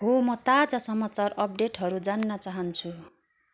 हो म ताजा समाचार अपडेटहरू जान्न चाहन्छु